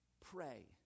pray